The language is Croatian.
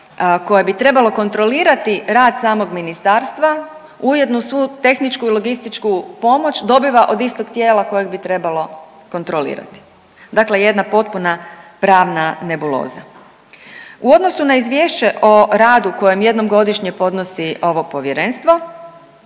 koje bi trebalo kontrolirati rad samog ministarstva ujedno svu tehničku i logističku pomoć dobiva od istog tijeka kojeg bi trebalo kontrolirati, dakle jedna potpuna pravna nebuloza. U odnosu na izvješće o radu kojem jednom godišnje podnosi ovo povjerenstvo